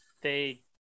they-